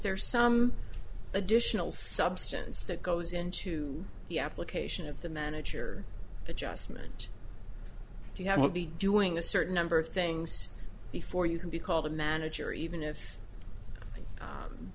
there some additional substance that goes into the application of the manager adjustment you have to be doing a certain number of things before you can be called a manager even if